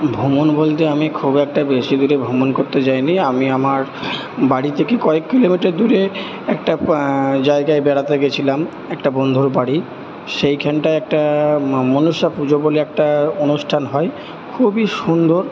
ভ্রমণ বলতে আমি খুব একটা বেশি দূরে ভ্রমণ করতে যাইনি আমি আমার বাড়ি থেকে কয়েক কিলোমিটার দূরে একটা জায়গায় বেড়াতে গেছিলাম একটা বন্ধুর বাড়ি সেইখানটায় একটা মা মনসা পুজো বলে একটা অনুষ্ঠান হয় খুবই সুন্দর